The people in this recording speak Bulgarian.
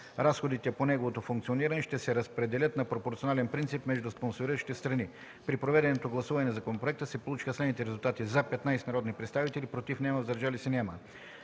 разходите по неговото функциониране ще се разпределят на пропорционален принцип между спонсориращите страни. При проведеното гласуване на законопроекта се получиха следните резултати: „за” – 15 народни представители, „против” и „въздържали се” няма.